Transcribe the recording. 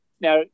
now